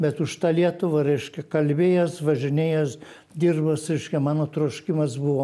bet už tą lietuvą reiškia kalbėjęs važinėjęs dirbęs reiškia mano troškimas buvo